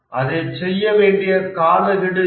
அதைச் செய்ய வேண்டிய காலக்கெடு என்ன